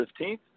15th